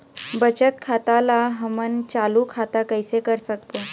बचत खाता ला हमन चालू खाता कइसे कर सकबो?